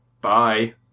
Bye